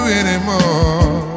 anymore